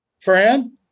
Fran